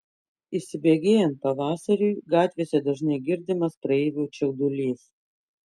įsibėgėjant pavasariui gatvėse dažnai girdimas praeivių čiaudulys